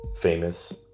famous